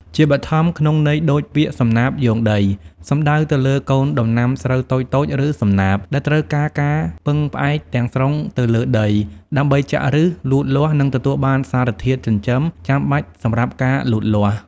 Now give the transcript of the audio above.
ជាបឋម ក្នុងន័យដូចពាក្យ សំណាបយោងដី សំដៅទៅលើកូនដំណាំស្រូវតូចៗ ឬសំណាប ដែលត្រូវការការពឹងផ្អែកទាំងស្រុងទៅលើដី ដើម្បីចាក់ឬស លូតលាស់ និងទទួលបានសារធាតុចិញ្ចឹមចាំបាច់សម្រាប់ការលូតលាស់។